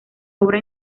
obra